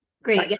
Great